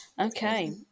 Okay